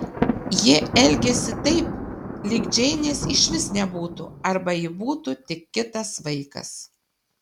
ji elgėsi taip lyg džeinės išvis nebūtų arba ji būtų tik kitas vaikas